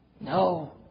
No